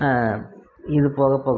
இது போக இப்போ